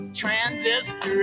transistor